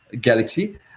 Galaxy